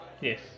Yes